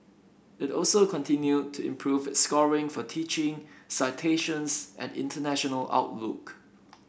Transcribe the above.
it also continued to improve its scores for teaching citations and international outlook